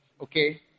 okay